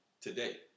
Today